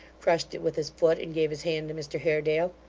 crushed it with his foot, and gave his hand to mr haredale,